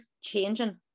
changing